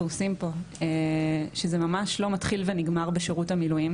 עושים פה שזה ממש לא מתחיל ונגמר בשירות המילואים,